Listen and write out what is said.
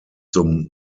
zum